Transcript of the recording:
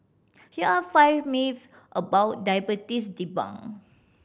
here are five myths about diabetes debunk